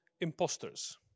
imposters